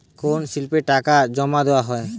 কোন স্লিপে টাকা জমাদেওয়া হয়?